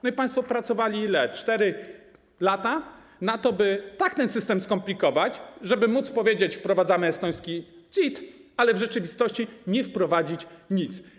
No i państwo pracowali 4 lata na to, by tak ten system skomplikować, żeby móc powiedzieć: wprowadzamy estoński CIT, ale w rzeczywistości nie wprowadzić nic.